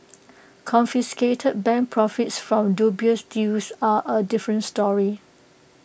confiscated bank profits from dubious deals are A different story